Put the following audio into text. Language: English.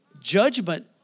judgment